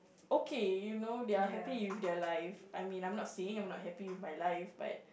okay you know they are happy with their life I mean I'm not saying I'm not happy with my life but